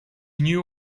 knew